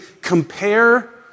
compare